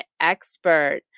expert